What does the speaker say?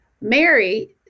Mary